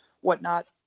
whatnot